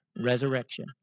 Resurrection